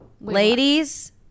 ladies